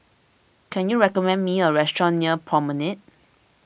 can you recommend me a restaurant near Promenade